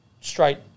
Straight